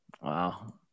Wow